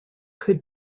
could